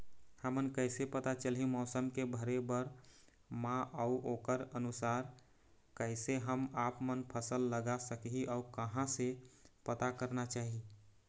हमन कैसे पता चलही मौसम के भरे बर मा अउ ओकर अनुसार कैसे हम आपमन फसल लगा सकही अउ कहां से पता करना चाही?